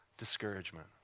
discouragement